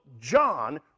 John